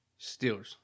Steelers